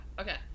Okay